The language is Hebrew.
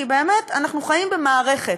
כי באמת אנחנו חיים במערכת,